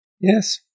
Yes